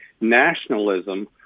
nationalism